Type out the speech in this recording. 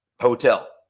hotel